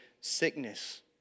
sickness